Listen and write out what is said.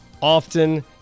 often